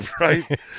right